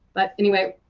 but anyway,